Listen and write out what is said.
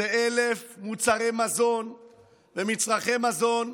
זה 1,000 מוצרי מזון ומצרכי מזון,